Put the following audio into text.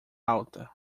alta